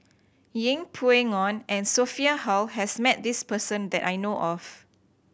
Yeng Pway Ngon and Sophia Hull has met this person that I know of